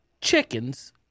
chickens